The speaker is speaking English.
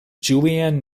julianne